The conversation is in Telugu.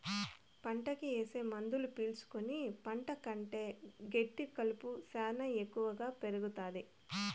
పంటకి ఏసే మందులు పీల్చుకుని పంట కంటే గెడ్డి కలుపు శ్యానా ఎక్కువగా పెరుగుతాది